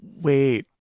wait